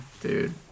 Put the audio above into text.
dude